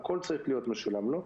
הכול צריך להיות משולם לו,